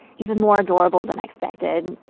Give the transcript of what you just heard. even more adorable than i expected.